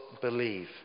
believe